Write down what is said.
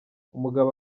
umugabo